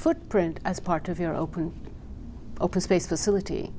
footprint as part of your open open space facility